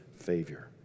favor